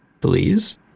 please